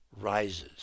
rises